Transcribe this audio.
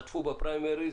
חטפו בפריימריז.